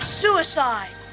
suicide